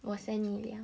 我 send 你 [liao]